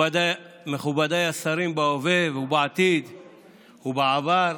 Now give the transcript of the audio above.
מכובדיי השרים בהווה ובעתיד ובעבר,